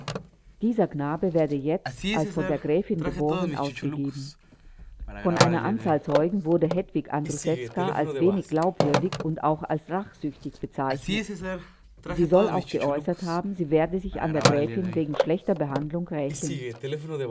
dieser knabe werde jetzt als von der gräfin geboren ausgegeben von einer anzahl zeugen wurde hedwig andruszewska als wenig glaubwürdig und auch als rachsüchtig bezeichnet sie soll auch geäußert haben sie werde sich an der gräfin wegen schlechter behandlung rächen